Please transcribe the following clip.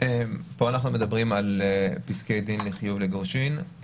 פה אנחנו מדברים על פסקי דין לחיוב לגירושין.